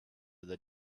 the